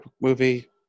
movie